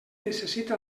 necessita